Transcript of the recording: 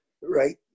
right